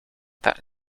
that